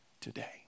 today